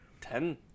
Ten